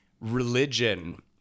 religion